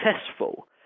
successful